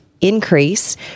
increase